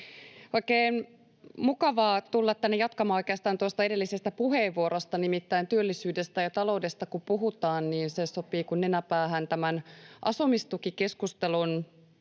Oikein mukavaa tulla tänne jatkamaan oikeastaan tuosta edellisestä puheenvuorosta. Nimittäin työllisyydestä ja taloudesta kun puhutaan, niin se sopii kuin nenä päähän tämän asumistukikeskustelun